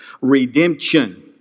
redemption